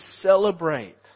celebrate